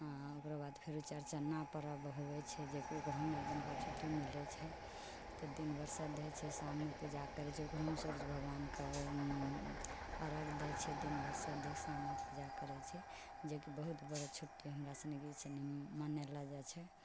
हँ ओकरा बाद फेरो चौड़चना पर्व होइ छै जेकि ओहोमे एक दिनका छुट्टी मिलै छै तऽ दिन भरि सएह छियै शाममे पूजा करै छियै ओकरोमे सूर्य भगवानके अर्घ दै छै दिन भरि सहिके शाममे पूजा करै छै जेकि बहुत बड़ा पर्व छै हमरा सनिके मनेलो जाइ छै